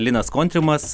linas kontrimas